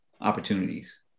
opportunities